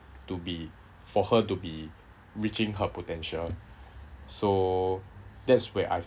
to be for her to be reaching her potential so that's where I